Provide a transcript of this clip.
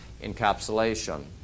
encapsulation